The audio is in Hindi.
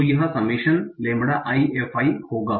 तो यह summation lambda i f i होगा